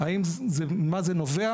ממה זה נובע?